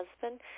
husband